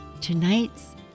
tonight's